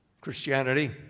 Christianity